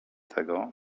tego